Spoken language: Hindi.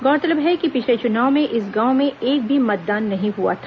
गौरतलब है कि पिछले चुनाव में इस गांव में एक भी मतदान नहीं हुआ था